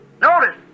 Notice